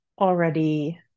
already